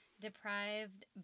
deprived